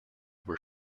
were